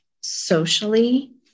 socially